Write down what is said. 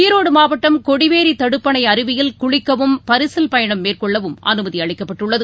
ஈரோடுமாவட்டம் கொடிவேரிதடுப்பணைஅருவியில் குளிக்கவும் பரிசல் பயணம் மேற்கொள்ளவும் அனுமதிஅளிக்கப்பட்டுள்ளது